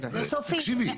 זה סופי.